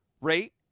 rate